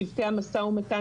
צוותי המשא ומתן.